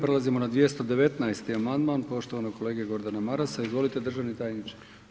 Prelazimo na 219. amandman poštovanog kolege Gordana Marasa, izvolite državni tajniče.